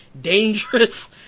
dangerous